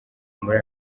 muri